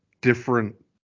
different